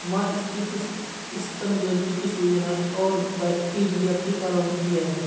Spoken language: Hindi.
मास्टिटिस स्तन ग्रंथि की सूजन है और बैक्टीरिया के कारण होती है